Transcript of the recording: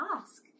ask